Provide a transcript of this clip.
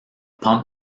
pump